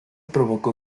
provocó